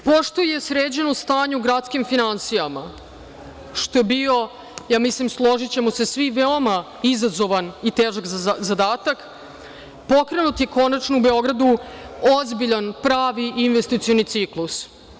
Pošto je sređeno stanje u gradskim finansijama, što je bio, složićemo se svi, veoma izazovan i težak zadatak, pokrenut je konačno u Beograd ozbiljan, pravi investicioni ciklus.